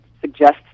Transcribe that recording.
suggests